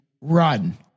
run